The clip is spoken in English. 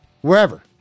wherever